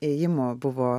ėjimo buvo